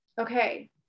okay